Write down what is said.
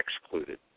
excluded